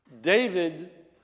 David